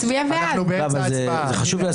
נמנע?